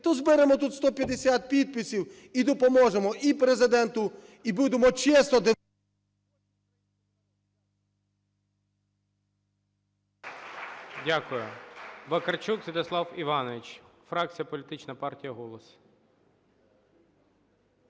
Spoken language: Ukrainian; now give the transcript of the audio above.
то зберемо тут 150 підписів і допоможемо, і Президенту, і будемо чесно…